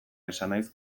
esanahiz